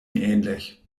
ähnlich